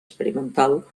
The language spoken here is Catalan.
experimental